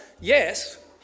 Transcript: yes